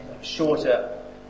shorter